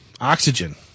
Oxygen